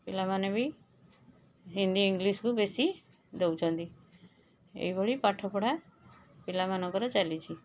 ପିଲାମାନେ ବି ହିନ୍ଦୀ ଇଂଲିଶ୍କୁ ବେଶୀ ଦେଉଛନ୍ତି ଏହିଭଳି ପାଠପଢ଼ା ପିଲାମାନଙ୍କର ଚାଲିଛି